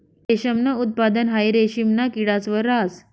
रेशमनं उत्पादन हाई रेशिमना किडास वर रहास